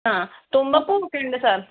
ആഹ് തുമ്പപ്പൂ ഒക്കെയുണ്ട് സാർ